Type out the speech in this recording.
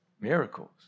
miracles